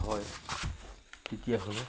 হয় তেতিয়াহ'লে